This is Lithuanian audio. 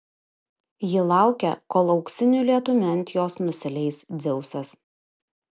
ji laukia kol auksiniu lietumi ant jos nusileis dzeusas